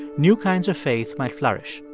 new kinds of faith might flourish